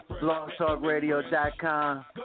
Longtalkradio.com